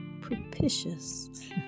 propitious